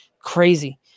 Crazy